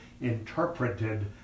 interpreted